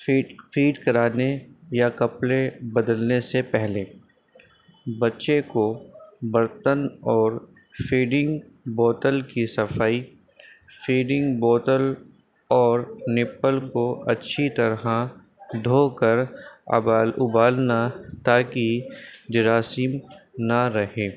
fat feed کرانے یا کپڑے بدلنے سے پہلے بچے کو برتن اور فیڈنگ بوتل کی صفائی فیڈنگ بوتل اور نپل کو اچھی طرح دھو کر ابالنا تاکہ جراثم نہ رہے